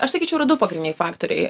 aš sakyčiau yra du pagrindiniai faktoriai